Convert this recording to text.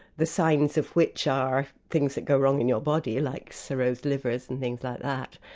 the signs of which are things that go wrong in your body, like cirrhosed livers and things like that,